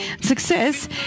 success